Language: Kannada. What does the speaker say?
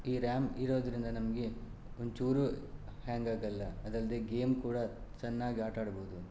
ಈ ರ್ಯಾಮ್ ಇರೋದ್ರಿಂದ ನಮಗೆ ಒಂದ್ಚೂರೂ ಹ್ಯಾಂಗ್ ಆಗಲ್ಲ ಅದಲ್ಲದೆ ಗೇಮ್ ಕೂಡ ಚೆನ್ನಾಗಿ ಆಟಾಡಬಹುದು